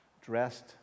dressed